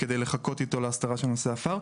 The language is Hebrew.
כדי לחכות איתו להסדרה של נושא העפר.